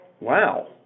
wow